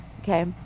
Okay